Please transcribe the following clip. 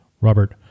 Robert